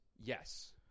yes